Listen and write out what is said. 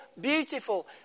beautiful